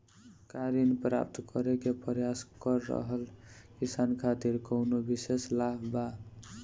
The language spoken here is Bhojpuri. का ऋण प्राप्त करे के प्रयास कर रहल किसान खातिर कउनो विशेष लाभ बा?